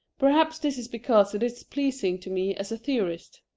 perhaps this is because it is pleasing to me as a theorist.